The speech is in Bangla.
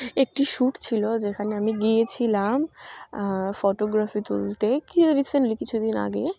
একটি শ্যুট ছিল যেখানে আমি গিয়েছিলাম আ ফটোগ্রাফি তুলতে কি রিসেন্টলি কিছুদিন আগে